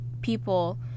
people